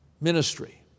ministry